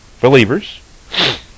believers